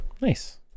Nice